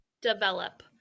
develop